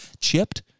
chipped